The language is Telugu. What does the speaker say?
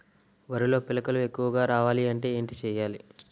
వరిలో పిలకలు ఎక్కువుగా రావాలి అంటే ఏంటి చేయాలి?